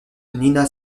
nina